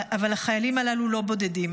אבל החיילים הללו לא בודדים.